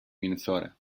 minnesota